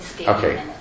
Okay